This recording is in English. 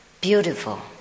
beautiful